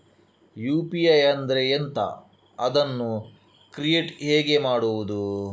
UPI ಅಂದ್ರೆ ಎಂಥ? ಅದನ್ನು ಕ್ರಿಯೇಟ್ ಹೇಗೆ ಮಾಡುವುದು?